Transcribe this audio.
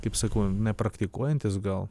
kaip sakau nepraktikuojantis gal